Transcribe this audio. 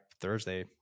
Thursday